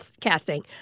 casting